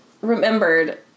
remembered